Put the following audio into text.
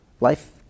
Life